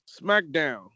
Smackdown